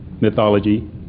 mythology